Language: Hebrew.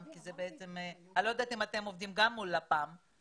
לא יודעת אם אתם עובדים מול לפ"ם,